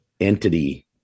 entity